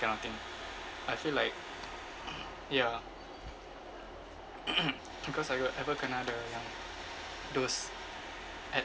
kind of thing I feel like ya because I got ever kena the yang those at